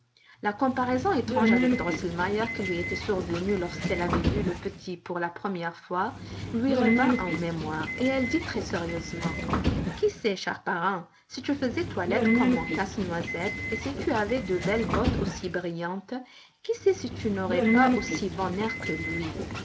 la comparaison étrange avec drosselmeier qui lui était survenue lorsqu'elle avait vu le petit pour la première fois lui revint en mémoire et elle dit très-sérieusement qui sait cher parrain si tu faisais toilette comme mon casse-noisette et si tu avais de belles bottes aussi brillantes qui sait si tu n'aurais pas aussi bon air que lui